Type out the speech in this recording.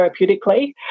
therapeutically